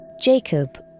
Jacob